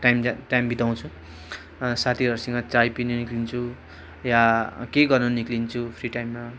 time ज्या time बिताउँछु साथीहरूसँग चाय पिने निक्लिन्छु या केही गर्नु निक्लिन्छ फ्री टाइममा